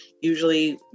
usually